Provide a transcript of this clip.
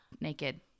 naked